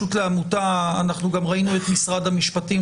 גם ראינו את משרד המשפטים,